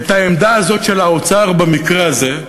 את העמדה הזאת של האוצר במקרה הזה.